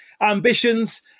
ambitions